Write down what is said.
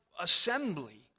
assembly